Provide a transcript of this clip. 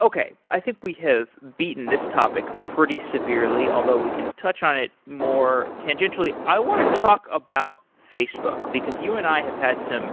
okay, i think we have beaten this topic pretty severely, although we can touch on it more tangentially. i want to talk about facebook, because you and i have had some